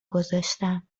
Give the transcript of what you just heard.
گذاشتم